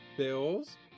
Bills